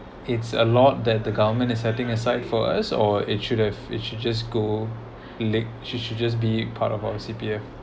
it's a lot that the government is setting aside for us or it should have it should just go like she should just be part of our C_P_F